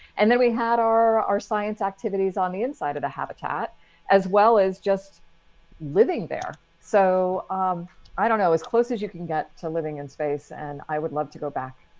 and then we had our our science activities on the inside of the habitat as well as just living there. so um i don't know as close as you can get to living in space. and i would love to go back.